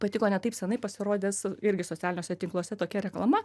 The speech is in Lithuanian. patiko ne taip seniai pasirodęs irgi socialiniuose tinkluose tokia reklama